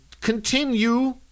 continue